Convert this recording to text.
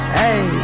hey